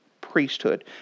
priesthood